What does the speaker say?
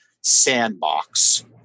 sandbox